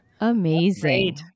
amazing